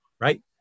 right